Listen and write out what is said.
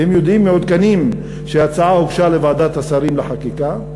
והם מעודכנים שההצעה הוגשה לוועדת השרים לחקיקה.